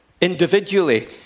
individually